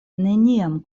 neniam